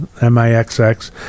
M-I-X-X